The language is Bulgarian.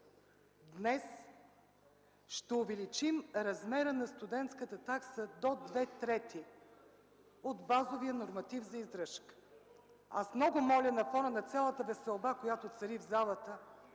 Днес ще увеличим размера на студентската такса до две трети от базовия норматив за издръжка. (Шум и реплики.) Аз много моля на фона на цялата веселба, която цари в залата,